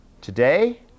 Today